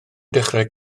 dechrau